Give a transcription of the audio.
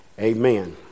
amen